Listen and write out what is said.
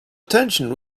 attention